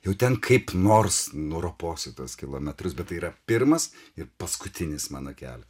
jau ten kaip nors nuroposiu tuos kilometrus bet tai yra pirmas ir paskutinis mano kelias